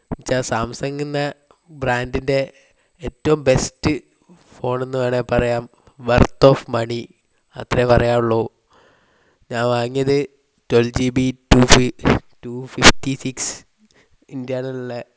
എന്ന് വച്ച സാംസങ് എന്ന ബ്രാൻഡിൻ്റെ ഏറ്റവും ബെസ്ററ് ഫോൺ എന്ന് വേണമെങ്കിൽ പറയാം വേർത്ത് ഓഫ് മണി അത്രയേ പറയാനുള്ളു ഞാൻ വാങ്ങിയത് twelve G B two fifty six internal ഉള്ള